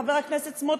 חבר הכנסת סמוטריץ,